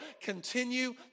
continue